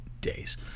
days